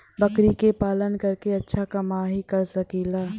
बकरी के पालन करके अच्छा कमाई कर सकीं ला?